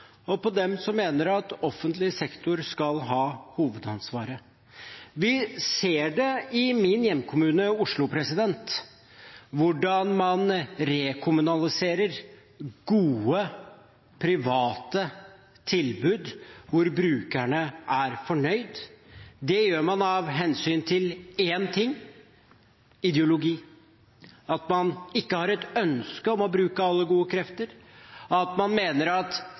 og på dem som mener at offentlig sektor skal ha hovedansvaret. Vi ser i min hjemkommune, Oslo, hvordan man rekommunaliserer gode private tilbud hvor brukerne er fornøyd. Det gjør man av hensyn til én ting: ideologi. Man har ikke et ønske om å bruke alle gode krefter. Man mener at